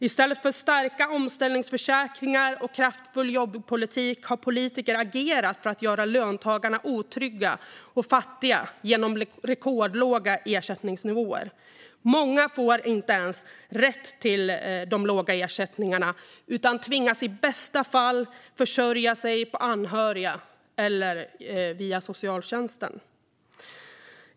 I stället för starka omställningsförsäkringar och kraftfull jobbpolitik har politiker agerat för att göra löntagarna otrygga och fattiga genom rekordlåga ersättningsnivåer. Många får inte ens rätt till de låga ersättningarna utan tvingas i bästa fall försörja sig på anhöriga eller via socialtjänsten.